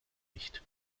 nicht